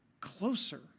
closer